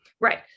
right